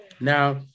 Now